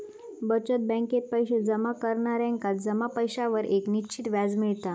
बचत बॅकेत पैशे जमा करणार्यांका जमा पैशांवर एक निश्चित व्याज मिळता